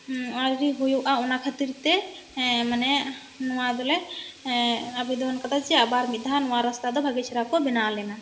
ᱟᱹᱣᱨᱤ ᱦᱩᱭᱩᱜᱼᱟ ᱚᱱᱟ ᱠᱷᱟᱹᱛᱤᱨ ᱛᱮ ᱢᱟᱱᱮ ᱱᱚᱣᱟ ᱫᱚᱞᱮ ᱟᱵᱮᱫᱚᱱ ᱠᱟᱫᱟ ᱡᱮ ᱟᱵᱟᱨ ᱢᱤᱫᱫᱷᱟᱣ ᱱᱚᱣᱟ ᱨᱟᱥᱛᱟ ᱫᱚ ᱵᱷᱟᱹᱜᱤ ᱪᱮᱨᱦᱟ ᱠᱚ ᱵᱮᱱᱟᱣ ᱟᱞᱮ ᱢᱟ